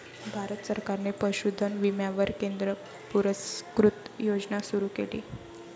भारत सरकारने पशुधन विम्यावर केंद्र पुरस्कृत योजना सुरू केली